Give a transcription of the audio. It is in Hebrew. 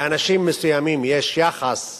לאנשים מסוימים יש יחס א',